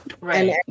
right